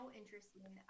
interesting